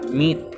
meet